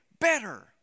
better